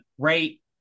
great